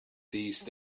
these